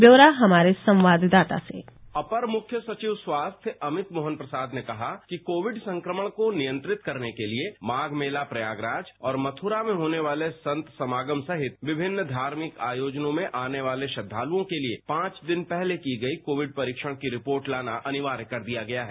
ब्यौरा हमारे संवाददाता से अपर मुख्य सचिव स्वास्थ्य अमित मोहन प्रसाद ने कहा कि कोविड संक्रमण को नियंत्रित करने के लिए माघ मेला प्रयागराज और मथुरा में होने वाले संत समागम सहति विभिन्न धार्मिक आयोजनों में आनेवाले श्रद्वालुओं के लिए पांच दिन पहले की गई कोविड परीक्षण की रिपोर्ट लाना अनिवार्य कर दिया गया है